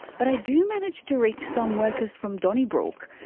but i do manage to reach some workers from donnybrook.